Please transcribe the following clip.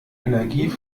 energie